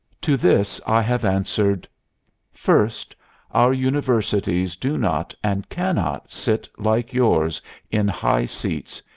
to this i have answered first our universities do not and cannot sit like yours in high seats,